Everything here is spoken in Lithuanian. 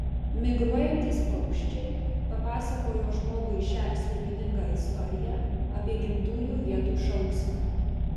migruojantys paukščiai papasakojo žmogui šią slėpiningą istoriją apie gimtųjų vietų šauksmą